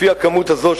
לפי הכמות הזאת,